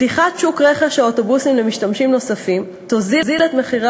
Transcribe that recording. פתיחת שוק רכש האוטובוסים ליצרנים נוספים תוריד את מחירי